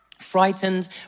frightened